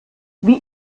wie